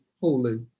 Holy